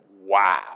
Wow